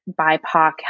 BIPOC